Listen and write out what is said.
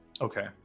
Okay